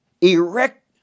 erect